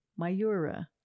Mayura